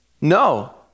No